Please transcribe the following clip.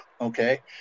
Okay